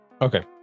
Okay